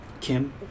Kim